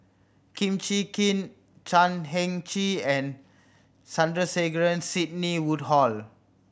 Kum Chee Kin Chan Heng Chee and Sandrasegaran Sidney Woodhull